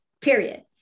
period